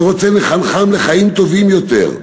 ורוצה לחנכם לחיים טובים יותר.